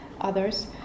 others